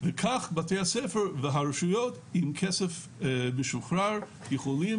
וכך בתי הספר והרשויות עם כסף משוחרר יכולים